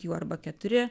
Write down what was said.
jų arba keturi